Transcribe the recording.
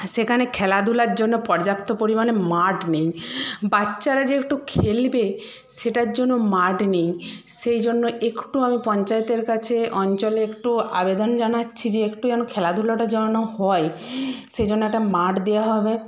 সেখানে খেলাধূলার জন্য পর্যাপ্ত পরিমাণে মাঠ নেই বাচ্চারা যে একটু খেলবে সেটার জন্য মাঠ নেই সেই জন্য একটু আমি পঞ্চায়েতের কাছে অঞ্চলে একটু আবেদন জানাচ্ছি যে একটু যেন খেলাধূলাটা যেননা হয় সেজন্য একটা মাঠ দেওয়া হবে